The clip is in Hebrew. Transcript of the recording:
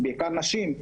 בעיקר נשים.